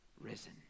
risen